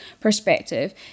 perspective